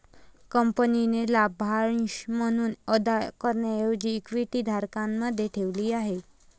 कंपनीने लाभांश म्हणून अदा करण्याऐवजी इक्विटी धारकांकडे ठेवली आहे